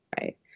right